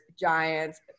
Giants